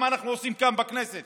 על כמה אנחנו עושים כאן בכנסת